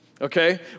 okay